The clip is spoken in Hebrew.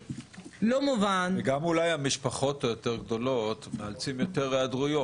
וגם אולי המשפחות היותר גדולות מאלצים יותר היעדרויות,